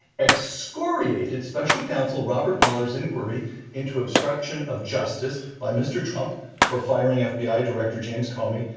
excoriated special counsel robert mueller's inquiry into obstruction of justice by mr. trump for firing fbi director, james comey,